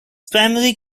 primary